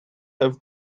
have